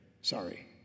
Sorry